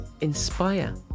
inspire